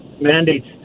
mandates